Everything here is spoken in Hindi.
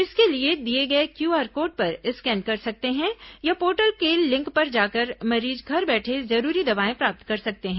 इसके लिए दिए गए क्यूआर कोड पर स्कैन कर सकते हैं या पोर्टल के लिंक पर जाकर मरीज घर बैठे जरूरी दवाएं प्राप्त कर सकते हैं